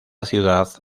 ciudad